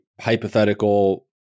hypothetical